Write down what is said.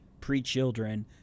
pre-children